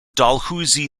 dalhousie